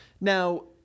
Now